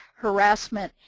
harassment,